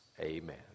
Amen